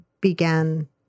began